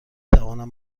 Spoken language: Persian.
توانم